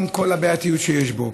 עם כל הבעייתיות שיש בו.